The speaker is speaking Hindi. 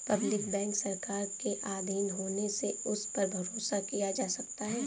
पब्लिक बैंक सरकार के आधीन होने से उस पर भरोसा किया जा सकता है